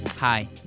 Hi